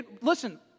Listen